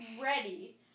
ready